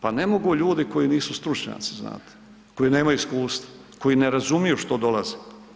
Pa ne mogu ljudi koji nisu stručnjaci, znate, koji nemaju iskustva, koji ne razumiju što dolazi.